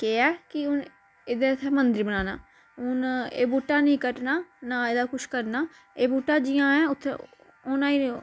केह् ऐ की हून एह्दा इ'त्थें मंदिर बनाना हून एह् बूहटा नेईं कट्टना ना एह्दा कुछ करना एह् बूह्टा जि'यां ऐ उ'त्थें हून